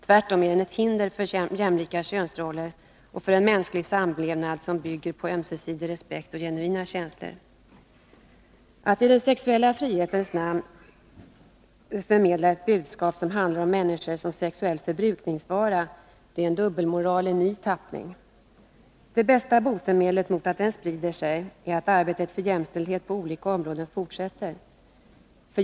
Tvärtom är den ett hinder för jämlika könsroller och för en mänsklig samlevnad som bygger på ömsesidig respekt och genuina känslor. Att i den sexuella frihetens namn förmedla ett budskap som handlar om människor som sexuell förbrukningsvara, det är en dubbelmoral i ny tappning. Det bästa botemedlet mot att den sprider sig är att arbetet för jämställdhet på olika områden fortsätter.